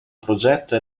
progetto